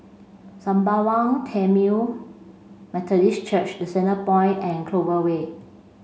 Sembawang Tamil Methodist Church The Centrepoint and Clover Way